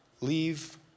leave